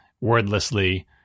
wordlessly